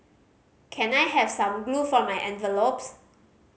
can I have some glue for my envelopes